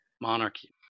monarchy